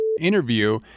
interview